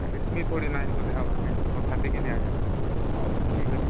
ମିସ୍ତ୍ରୀ ଥୋଡ଼େ ନାହିଁ କଲେ ହବ କି କେମତି କଥା ଠିକ୍ ନୁହେଁ ଆଜ୍ଞା ହେଉ ଠିକ୍ ଅଛି